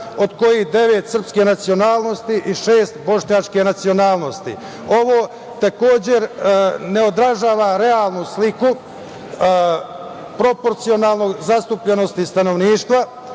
od kojih devet srpske nacionalnosti i šest bošnjačke nacionalnosti. Ovo takođe ne odražava realnu sliku proporcionalne zastupljenosti stanovništva.S